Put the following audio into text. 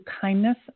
kindness